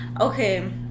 okay